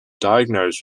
diagnosed